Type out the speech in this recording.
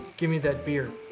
give me that beer